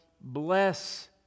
bless